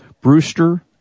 Brewster